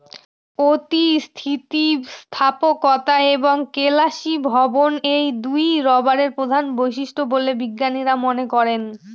অতি স্থিতিস্থাপকতা এবং কেলাসীভবন এই দুইই রবারের প্রধান বৈশিষ্ট্য বলে বিজ্ঞানীরা মনে করেন